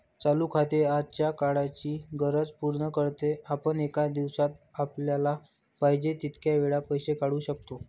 चालू खाते आजच्या काळाची गरज पूर्ण करते, आपण एका दिवसात आपल्याला पाहिजे तितक्या वेळा पैसे काढू शकतो